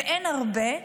ואין הרבה,